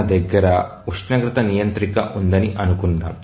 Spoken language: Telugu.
మన దగ్గర ఉష్ణోగ్రత నియంత్రిక ఉందని అనుకుందాం